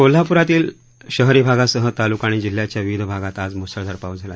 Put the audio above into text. कोल्हाप्रातील शहरी भागासह तालुका आणि जिल्ह्याच्या विविध भागात आज मुसळधार पाऊस झाला